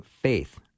faith